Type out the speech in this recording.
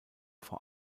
vor